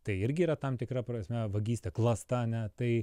tai irgi yra tam tikra prasme vagystė klasta ane tai